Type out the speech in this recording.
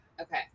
okay